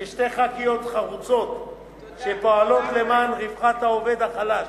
אלה שתי חברות כנסת חרוצות שפועלות למען רווחת העובד החלש.